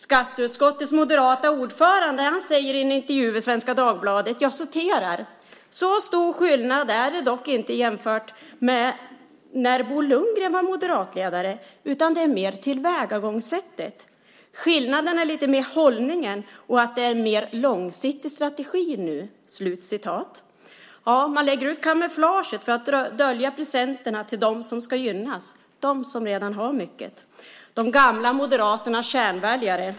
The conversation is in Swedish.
Skatteutskottets moderate ordförande säger i en intervju i Svenska Dagbladet att det inte är så stor skillnad nu jämfört med när Bo Lundgren var moderatledare, utan att det mer handlar om tillvägagångssättet. Skillnaden finns lite mer i hållningen och att det nu är en mer långsiktig strategi. Man lägger ut kamouflaget för att dölja presenterna till dem som ska gynnas, nämligen de som redan har mycket, de gamla Moderaternas kärnväljare.